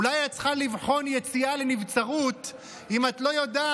אולי את צריכה לבחון יציאה לנבצרות אם את לא יודעת